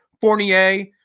Fournier